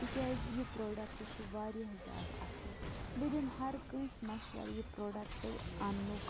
تِکیٛازِ یہِ پرٛوڈَکٹ چھِ واریاہ زیادٕ اَصٕل بہٕ دِمہٕ ہر کانٛسہِ مَشوَرٕ یہِ پرٛوڈَکٹ اَنٛنُک